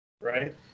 right